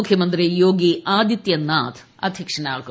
മുഖ്യമന്ത്രി യോഗി ആദിത്യനാഥ് അധൃക്ഷനാവും